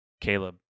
Caleb